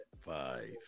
Five